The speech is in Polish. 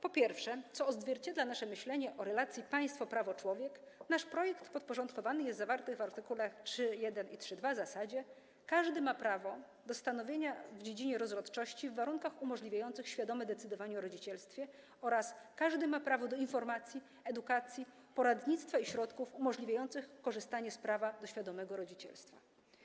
Przede wszystkim, co odzwierciedla nasze myślenie o relacji państwo - prawo - człowiek, nasz projekt podporządkowany jest zawartym w art. 3.1. i 3.2. zasadom: każdy ma prawo do samostanowienia w dziedzinie rozrodczości w warunkach umożliwiających świadome decydowanie o rodzicielstwie oraz każdy ma prawo do informacji, edukacji, poradnictwa i środków umożliwiających korzystanie z prawa do świadomego rodzicielstwa.